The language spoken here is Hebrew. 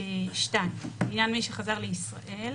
2(1)(א)(2): בעניין מי שחזר לישראל,